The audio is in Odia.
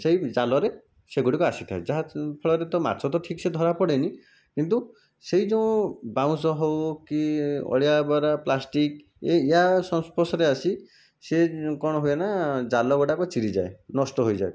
ସେହି ଜାଲରେ ସେଗୁଡ଼ିକ ଆସିଥାନ୍ତି ଯାହାଫଳରେ ତ ମାଛ ତ ଠିକ୍ସେ ଧରା ପଡ଼େନି କିନ୍ତୁ ସେହି ଯେଉଁ ବାଉଁଶ ହେଉ କି ଅଳିଆ ଆବରା ପ୍ଲାଷ୍ଟିକ ଏହି ଇଆ ସଂସ୍ପର୍ଶରେ ଆସି ସିଏ କଣ ହୁଏ ନା ଜାଲ ଗୋଟାକ ଚିରିଯାଏ ନଷ୍ଟ ହୋଇଯାଏ